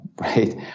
right